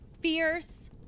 fierce